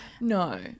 no